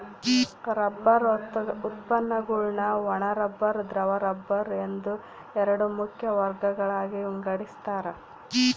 rubber ಉತ್ಪನ್ನಗುಳ್ನ ಒಣ rubber ದ್ರವ ರಬ್ಬರ್ ಎಂದು ಎರಡು ಮುಖ್ಯ ವರ್ಗಗಳಾಗಿ ವಿಂಗಡಿಸ್ತಾರ